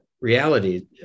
reality